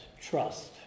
trust